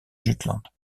jutland